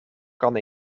kan